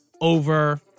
over